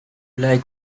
like